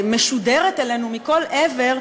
שמשודרת אלינו מכל עבר,